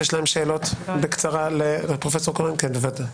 הביטחון שמה שהיא מחוקקת בחוק יסוד אכן מכובד,